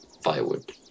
Firewood